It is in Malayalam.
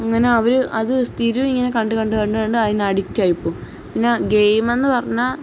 അങ്ങനെ അവര് അത് സ്ഥിരം ഇങ്ങനെ കണ്ടു കണ്ട് കണ്ട് കണ്ട് അതിന് അഡിക്റ്റായിപ്പോകും പിന്നെ ഗെയിമെന്ന് പറഞ്ഞാല്